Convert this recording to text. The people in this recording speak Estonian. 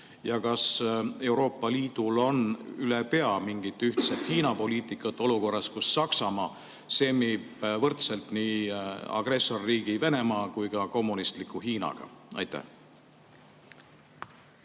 ja kas Euroopa Liidul on ülepea mingit ühtset Hiina‑poliitikat olukorras, kus Saksamaa semmib võrdselt nii agressorriigi Venemaa kui ka kommunistliku Hiinaga. Aitäh,